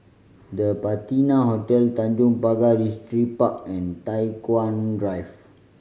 The Patina Hotel Tanjong Pagar Distripark and Tai Hwan Drive